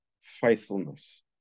faithfulness